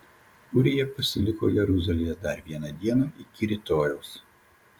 ūrija pasiliko jeruzalėje dar vieną dieną iki rytojaus